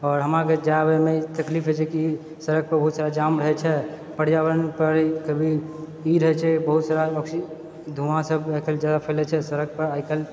आओर हमरा सबके आबैमे तकलीफ होइत छै कि सड़क पर बहुत जाम होइत छै पर्यावरणके भी ई आर होइत छै बहुत बड़ा धुआंँ सब आइ काल्हि जादा फैले छै सड़क पर आइ काल्हि